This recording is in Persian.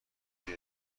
عهده